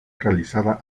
realizada